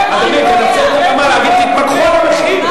אדוני, תנצל את הבמה להגיד: תתמקחו על המחיר.